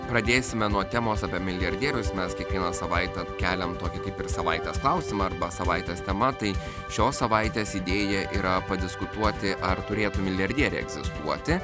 pradėsime nuo temos apie milijardierius mes kiekvieną savaitę keliam tokį kaip ir savaitės klausimą arba savaitės temą tai šios savaitės idėja yra padiskutuoti ar turėtų milijardieriai egzistuoti